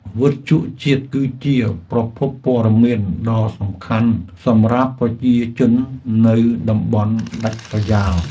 វិទ្យុជាតិគឺជាប្រភពព័ត៌មានដ៏សំខាន់សម្រាប់ប្រជាជននៅតំបន់ដាច់ស្រយាល។